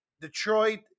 Detroit